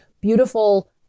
beautiful